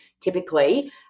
typically